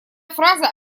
фраза